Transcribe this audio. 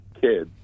kids